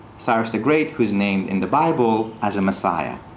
cyrus the great whose name, in the bible, as a messiah.